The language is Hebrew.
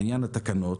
לעניין התקנות,